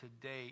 today